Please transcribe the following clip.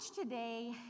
today